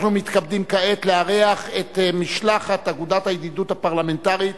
אנחנו מתכבדים כעת לארח את משלחת אגודת הידידות הפרלמנטרית